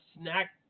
snack